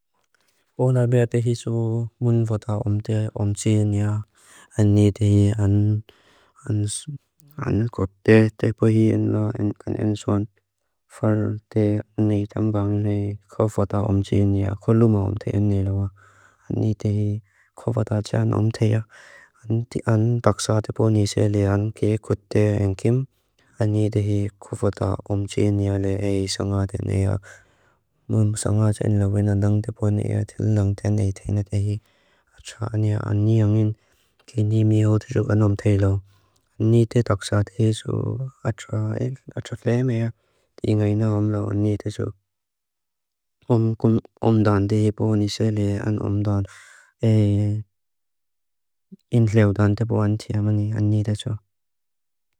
Bó na bea tehi su mun fata om té om tíniya. Ani tehi an gudé te puhi en la enkan ensuan far te ani tambaan nei ko fata om tíniya, koluma om tíniya lawa. Ani tehi ko fata txan om téa. An daxa te puhi nise le an gudé enkim. Ani tehi ko fata om tíniya le ei sanga ten ea. Mun sanga txan lawena lang te puhi ea til lang ten ea tena tehi. Atsa ani a ani yungin tíni mío te xuk an om téi lawa. Ani te daxa tehi xu atsa fea mea tíngai na om lawa ani te xu. Om dan tehi po nise le an om dan e in leo dan te po an tí áma ni ani te xu.